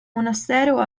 monastero